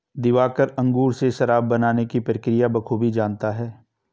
दिवाकर अंगूर से शराब बनाने की प्रक्रिया बखूबी जानता है